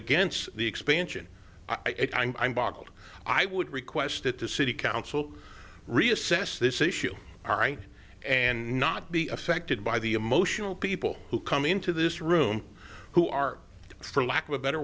against the expansion i think i'm boggled i would request that the city council reassess this issue all right and not be affected by the emotional people who come into this room who are for lack of a better